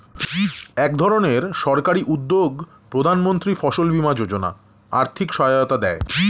একধরনের সরকারি উদ্যোগ প্রধানমন্ত্রী ফসল বীমা যোজনা আর্থিক সহায়তা দেয়